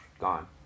gone